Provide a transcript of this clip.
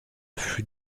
fut